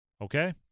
Okay